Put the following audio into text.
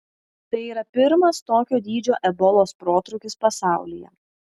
tai yra pirmas tokio dydžio ebolos protrūkis pasaulyje